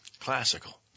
Classical